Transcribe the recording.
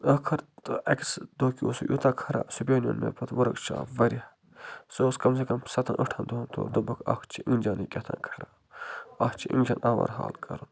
ٲخٕر تہٕ اَکہِ سہٕ دۄہ کہِ اوس سُہ یوٗتاہ خراب سُہ پیو نیُن مےٚ پَتہٕ ؤرٕک شاپ واریاہ سُہ اوس کم سے کم سَتَن ٲٹھَن دۄہَن توٗرۍ دوٚپُک اَکھ چھِ اِنجَنٕے کیٛاہ تھام خراب اَتھ چھِ اِنجَن اَوَرہال کَرُن